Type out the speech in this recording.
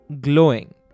glowing